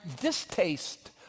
distaste